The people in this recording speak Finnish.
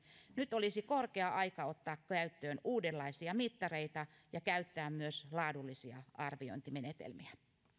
nyt olisi korkea aika ottaa käyttöön uudenlaisia mittareita ja käyttää myös laadullisia arviointimenetelmiä